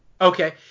okay